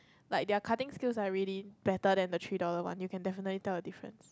like their cutting skills are really better than the three dollars one you can definitely tell the different